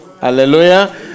Hallelujah